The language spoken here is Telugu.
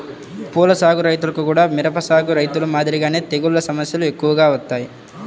పూల సాగు రైతులకు గూడా మిరప సాగు రైతులు మాదిరిగానే తెగుల్ల సమస్యలు ఎక్కువగా వత్తాయి